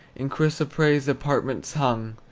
in chrysoprase apartments hung,